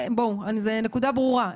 הנקודה ברורה,